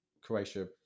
Croatia